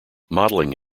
modelling